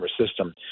system